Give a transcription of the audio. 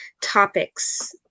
topics